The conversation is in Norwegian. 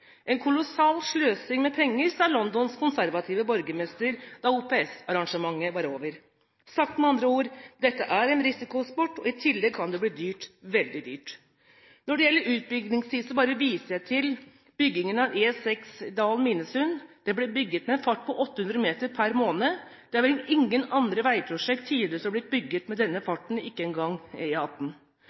En kolossal sløsing med penger, sa Londons konservative borgermester da OPS-arrangementet var over. Sagt med andre ord: Dette er en risikosport, og i tillegg kan det bli dyrt, veldig dyrt. Når det gjelder utbyggingstid, viser jeg bare til byggingen av E6 Dal–Minnesund. Det ble bygget med en fart på 800 meter per måned. Det er vel ingen andre veiprosjekt tidligere som har blitt bygget med denne farten, ikke engang